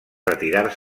retirar